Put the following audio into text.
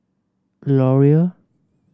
L'Oreal